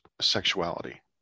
sexuality